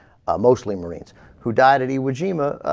a mostly marines who died in the woods jima